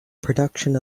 production